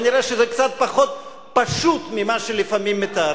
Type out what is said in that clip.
כנראה זה קצת פחות פשוט ממה שלפעמים מתארים.